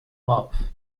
love